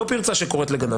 לא פרצה שקוראת לגנב.